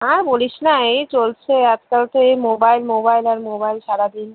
আর বলিস না এই চলছে আজকাল তো এই মোবাইল মোবাইল আর মোবাইল সারা দিন